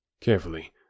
Carefully